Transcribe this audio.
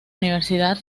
universidad